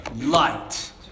light